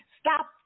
stop